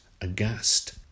aghast